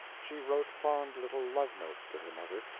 she wrote fond little love-notes to her mother,